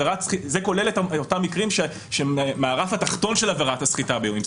זה כולל את אותם מקרים שהם מהרף התחתון של עבירת הסחיטה באיומים.